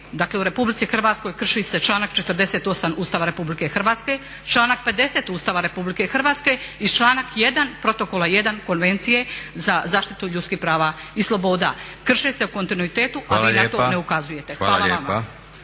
Dakle, u Republici Hrvatskoj krši se članak 48. Ustava Republike Hrvatske, članak 50. Ustava Republike Hrvatske i članak 1. Protokola I. Konvencije za zaštitu ljudskih prava i sloboda. Krše se u kontinuitetu, a vi na to ne ukazujete. **Leko,